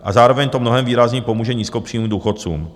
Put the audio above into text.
A zároveň to mnohem výrazněji pomůže nízkopříjmovým důchodcům.